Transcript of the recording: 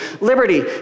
liberty